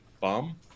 Bomb